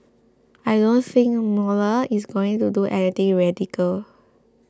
I don't think Mueller is going to do anything radical